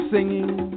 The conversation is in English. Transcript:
Singing